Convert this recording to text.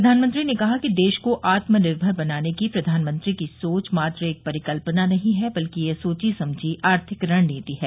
प्रधानमंत्री ने कहा कि देश को आत्मनिर्मर बनाने की प्रधानमंत्री की सोच मात्र एक परिकल्पना नहीं है बल्कि यह सोची समझी आर्थिक रणनीति है